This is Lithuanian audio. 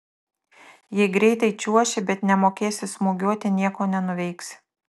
jei greitai čiuoši bet nemokėsi smūgiuoti nieko nenuveiksi